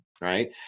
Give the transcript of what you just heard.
right